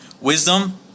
wisdom